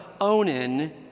Onan